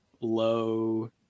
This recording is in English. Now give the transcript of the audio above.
low